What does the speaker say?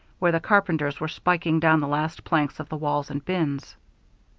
where the carpenters were spiking down the last planks of the walls and bins.